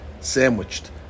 sandwiched